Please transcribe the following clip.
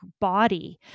body